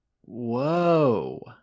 Whoa